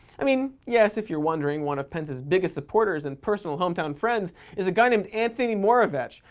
i mean, yes, if you're wondering, one of pence's biggest supporters and personal hometown friends is a guy named antony moravec,